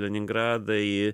leningradą į